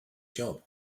job